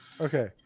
Okay